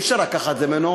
אי-אפשר לקחת את זה ממנו,